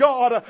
God